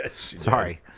Sorry